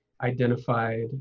identified